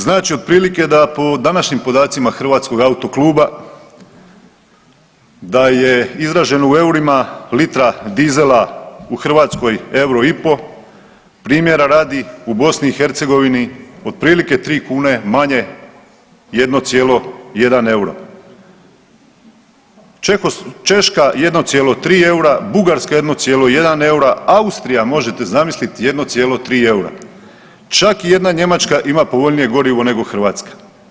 Znači otprilike da po današnjim podacima Hrvatskog autokluba da je izraženo u eurima litra dizela u Hrvatskoj euro i po, primjera radi u BiH otprilike 3 kune manje, 1,1 euro, Češka 1,3 eura, Bugarska 1,1 eura, Austrija možete zamisliti 1,3 eura, čak i jedna Njemačka ima povoljnije gorivo nego Hrvatska.